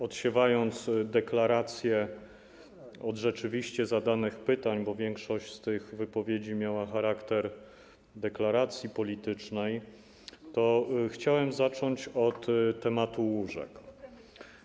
Odsiewając deklaracje od rzeczywiście zadanych pytań, bo większość z tych wypowiedzi miała charakter deklaracji politycznej, chciałbym zacząć od tematu łóżek.